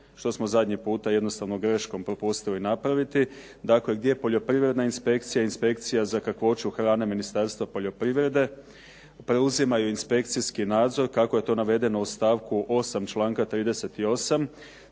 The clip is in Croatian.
što smo zadnji puta jednostavno greškom propustili napraviti gdje poljoprivredna inspekcija i inspekcija za kakvoću hrane Ministarstva poljoprivrede preuzimaju inspekcijski nadzor kako je to navedeno u stavku 8. članka 38.,